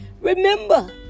Remember